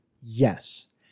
yes